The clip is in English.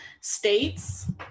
states